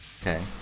Okay